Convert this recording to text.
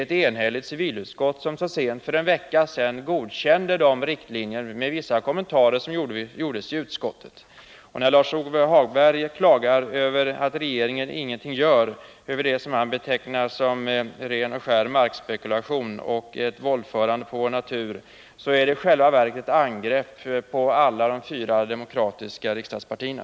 Ett enhälligt civilutskott godkände så sent som för en vecka sedan dessa riktlinjer med vissa kommentarer. När Lars-Ove Hagberg klagade över att regeringen ingenting gör beträffande det som han betecknar såsom ren och skär markspekulation och ett våldförande på vår natur, innebär det i själva verket angrepp på alla de fyra demokratiska riksdagspartierna.